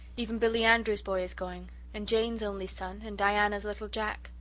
even billy andrews' boy is going and jane's only son and diana's little jack,